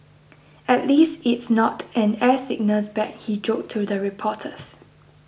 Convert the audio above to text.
at least it's not an air sickness bag he joked to the reporters